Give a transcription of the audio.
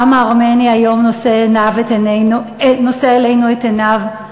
העם הארמני היום נושא אלינו את עיניו,